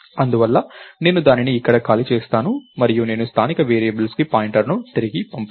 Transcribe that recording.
అందువల్ల నేను దానిని ఇక్కడ ఖాళీ చేస్తాను మరియు నేను స్థానిక వేరియబుల్స్కు పాయింటర్లను తిరిగి పంపను